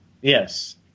Yes